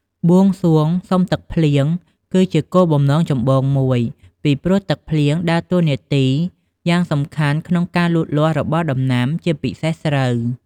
បួងសួងសុំទឹកភ្លៀង គឺជាគោលបំណងចម្បងមួយ ពីព្រោះទឹកភ្លៀងដើរតួនាទីយ៉ាងសំខាន់ក្នុងការលូតលាស់របស់ដំណាំ ជាពិសេសស្រូវ។